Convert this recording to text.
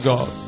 God